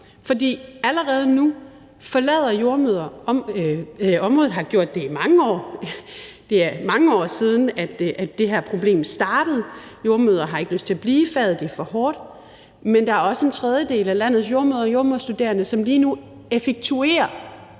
og har gjort det i mange år. Det er mange år siden, at det her problem startede. Jordemødre har ikke lyst til at blive i faget; det er for hårdt. Men der er også en tredjedel af landets jordemødre og jordemoderstuderende, som lige nu effektuerer